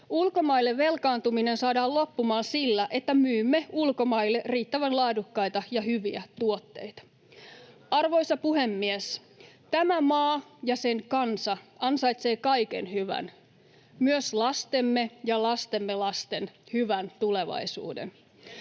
Ulkomaille velkaantuminen saadaan loppumaan sillä, että myymme ulkomaille riittävän laadukkaita ja hyviä tuotteita. Arvoisa puhemies! Tämä maa ja sen kansa ansaitsevat kaiken hyvän, myös lastemme ja lastemme lasten hyvän tulevaisuuden.